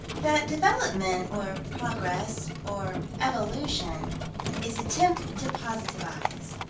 that development or progress or evolution is attempt to positivize,